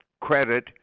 credit